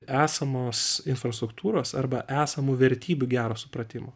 esamos infrastruktūros arba esamų vertybių gero supratimo